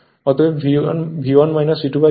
অতএব V1 V2V2 k